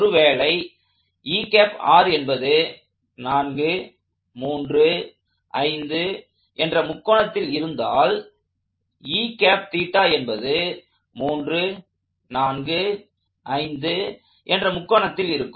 ஒருவேளை என்பது 435 என்ற முக்கோணத்தில் இருந்தால் என்பது 345 என்ற முக்கோணத்தில் இருக்கும்